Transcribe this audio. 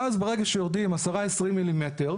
ואז ברגע שיורדים 10 20 מ"מ,